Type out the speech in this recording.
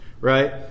Right